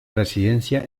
residencia